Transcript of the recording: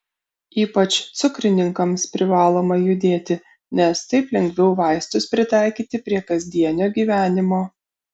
ypač cukrininkams privaloma judėti nes taip lengviau vaistus pritaikyti prie kasdienio gyvenimo